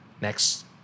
Next